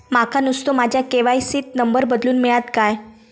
माका नुस्तो माझ्या के.वाय.सी त नंबर बदलून मिलात काय?